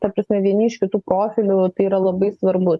ta prasme vieni iš kitų profilių tai yra labai svarbus